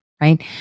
right